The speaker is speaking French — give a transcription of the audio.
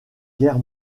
guerre